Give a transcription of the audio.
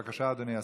בבקשה, אדוני השר.